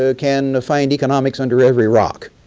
ah can find economics under every rock.